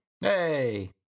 Hey